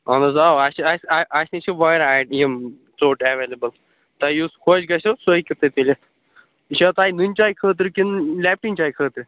اَہَن حظ آو اَسہِ چھِ اَسہِ نِش چھِ واریاہ یِم ژوٚٹ ایٚوَیلیبُل تۄہہِ یُس خۄش گژھٮ۪و سُہ ہٮ۪کِو تُہۍ تُلِتھ یہِ چھا تۄہہِ نُنہٕ چاے خٲطرٕ کِنہٕ لیٚپٹَن چاے خٲطرٕ